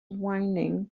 whinnying